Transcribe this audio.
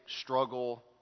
struggle